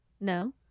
No